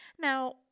now